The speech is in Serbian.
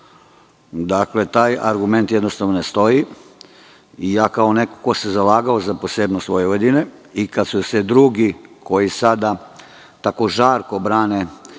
Dakle, taj argument jednostavno ne stoji i ja kao neko ko se zalagao za posebnost Vojvodine i kada su se drugi, koji sada tako žarko brane